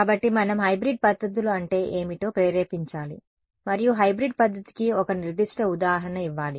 కాబట్టి మనం హైబ్రిడ్ పద్ధతులు అంటే ఏమిటో ప్రేరేపించాలి మరియు హైబ్రిడ్ పద్ధతికి ఒక నిర్దిష్ట ఉదాహరణ ఇవ్వాలి